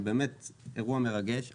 זה באמת אירוע מרגש.